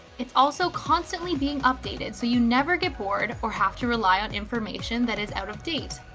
it's also constantly being updated so you never get bored or have to rely on information that is out of date.